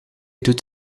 doet